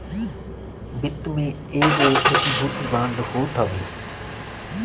वित्त में एगो प्रतिभूति बांड होत हवे